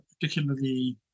particularly